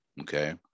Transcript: okay